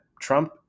Trump